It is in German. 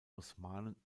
osmanen